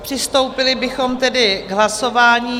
Přistoupili bychom tedy k hlasování.